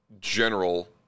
general